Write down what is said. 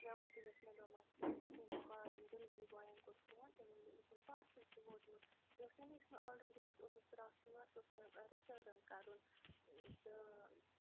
مےٚ ووٚن تٔمِس مےٚ دوٚپمس یُتھٕے مےٚ ییٚمۍ ڈٮ۪لؤری باین کوٚر فون تٔمۍ ووٚن مےٚ دوٚپُن پارسل چھُ ووتمُت بیٚیہِ اوس نا مےٚ یُس مےٚ آلریٚڈی اوس اوٚنمُت فِراک شلوار سُہ اوس مےٚ رِٹٲرٕن کَرُن تہٕ